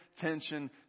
tension